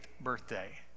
birthday